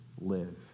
live